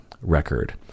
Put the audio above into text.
record